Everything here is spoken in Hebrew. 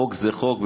חוק זה חוק,